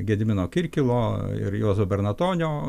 gedimino kirkilo ir juozo bernatonio